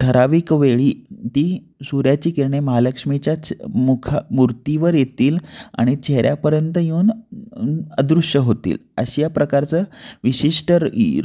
ठराविक वेळी ती सूर्याची किरणे महालक्ष्मीच्या च मुखा मूर्तीवर येतील आणि चेहऱ्यापर्यंत येऊन अदृश्य होतील अशा या प्रकारचं विशिष्ट